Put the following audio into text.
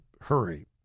hurry